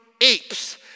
apes